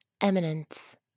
Eminence